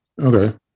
Okay